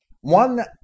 One